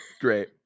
Great